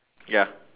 ya